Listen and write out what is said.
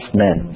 men